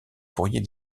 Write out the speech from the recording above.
pourriez